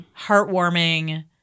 heartwarming